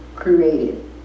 Created